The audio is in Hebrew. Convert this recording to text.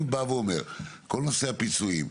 אני בא ואומר שכול נושא הפיצויים,